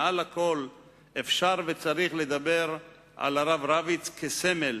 מעל הכול אפשר וצריך לדבר על הרב רביץ כסמל,